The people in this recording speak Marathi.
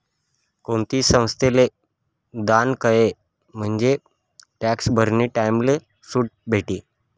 कोणती संस्थाले दान कयं म्हंजे टॅक्स भरानी टाईमले सुट भेटी